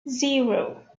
zero